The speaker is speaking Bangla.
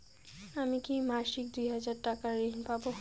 আমি কি মাসিক দুই হাজার টাকার ঋণ পাব?